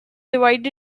divided